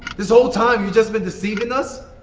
this whole time, you've just been deceiving us?